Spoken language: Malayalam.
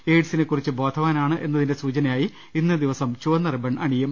എയ്ഡ്സിനെ കുറിച്ച് ബോധവാനാണ് എന്നതിന്റെ സൂചനയായി ഇന്നേദിവസം ചുവന്ന റിബൺ അണിയും